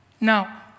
Now